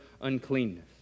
uncleanness